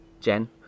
Jen